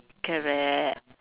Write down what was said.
correct